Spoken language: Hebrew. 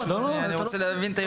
אני פשוט רוצה להבין את האירוע.